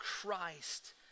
Christ